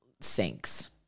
sinks